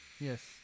Yes